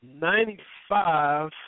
Ninety-five